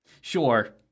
Sure